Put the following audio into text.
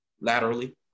laterally